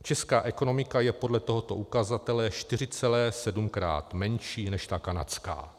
Česká ekonomika je podle tohoto ukazatele 4,7krát menší než ta kanadská.